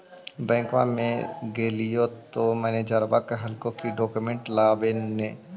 बैंकवा मे गेलिओ तौ मैनेजरवा कहलको कि डोकमेनटवा लाव ने?